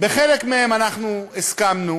בחלק מהם אנחנו הסכמנו,